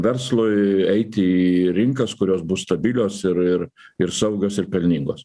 verslui eiti į rinkas kurios bus stabilios ir ir ir saugios ir pelningos